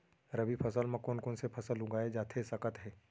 रबि फसल म कोन कोन से फसल उगाए जाथे सकत हे?